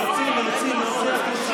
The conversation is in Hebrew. להוציא, להוציא, להוציא החוצה.